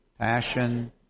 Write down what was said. passion